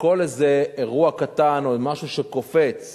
וכל איזה אירוע קטן או משהו שקופץ